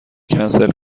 کنسل